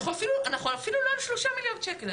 אנחנו אפילו לא על 3 מיליארד שקל.